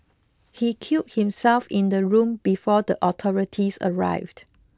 he killed himself in the room before the authorities arrived